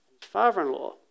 father-in-law